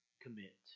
commit